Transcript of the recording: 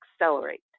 accelerate